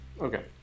Okay